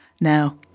Now